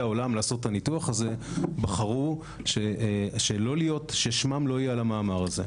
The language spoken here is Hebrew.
העולם לעשות את הניתוח הזה בחרו ששמם לא יהיה על המאמר הזה.